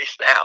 now